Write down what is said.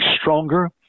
stronger